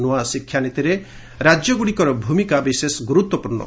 ନୂଆ ଶିକ୍ଷାନୀତିରେ ରାଜ୍ୟମାନଙ୍କର ଭୂମିକା ବିଶେଷ ଗୁରୁତ୍ୱପୂର୍ଣ୍ଣ